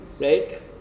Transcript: right